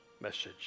message